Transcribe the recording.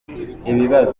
ibibazo